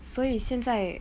所以现